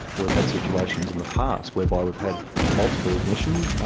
we've had situations in the past whereby we've had multiple ignitions,